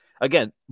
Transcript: Again